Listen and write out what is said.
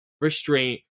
restraint